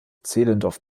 zehlendorf